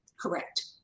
Correct